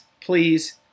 please